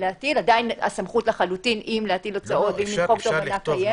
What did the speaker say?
עדיין הסמכות לחלוטין אם להטיל הוצאות או למחוק תובענה קיימת,